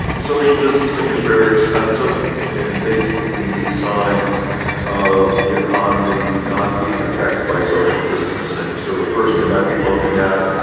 social distancing is very expensive. and, basically, we need signs of the economy not being affected by social distancing. so the first thing i'd be looking at